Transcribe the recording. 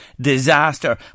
disaster